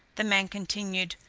the man continued,